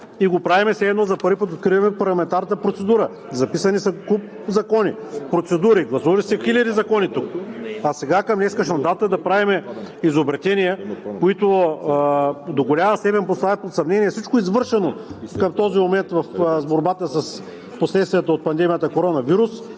и го правим все едно за първи път откриваме парламентарната процедура. Записани са куп закони, процедури, гласували сте хиляди закони тук, а сега към днешна дата да правим изобретения, които до голяма степен поставят под съмнение всичко извършено към този момент в борбата с последствията от пандемията коронавирус,